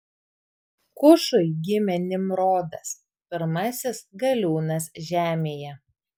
kušui gimė nimrodas pirmasis galiūnas žemėje